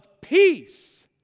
peace